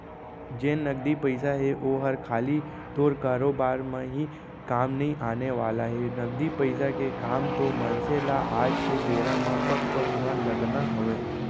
जेन नगदी पइसा हे ओहर खाली तोर कारोबार म ही काम नइ आने वाला हे, नगदी पइसा के काम तो मनसे ल आज के बेरा म पग पग म लगना हवय